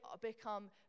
become